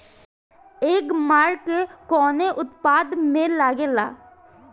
एगमार्क कवने उत्पाद मैं लगेला?